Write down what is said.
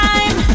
Time